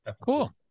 Cool